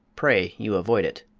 pray you avoid it.